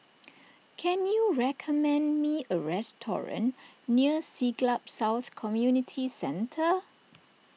can you recommend me a restaurant near Siglap South Community Centre